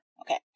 Okay